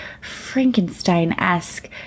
Frankenstein-esque